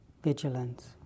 Vigilance